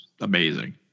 amazing